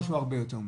משהו הרבה יותר מזה.